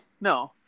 no